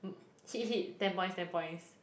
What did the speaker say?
hit hit ten points ten points